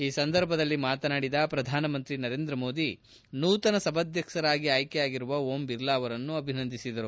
ಈ ಸಂದರ್ಭದಲ್ಲಿ ಮಾತನಾಡಿದ ಪ್ರಧಾನಮಂತ್ರಿ ನರೇಂದ್ರ ಮೋದಿ ನೂತನ ಸಭಾಧ್ವಕ್ಷರಾಗಿ ಆಯ್ಕೆಯಾಗಿದ ಓಂ ಬಿರ್ಲಾ ಅವರನ್ನು ಅಭಿನಂದಿಸಿದರು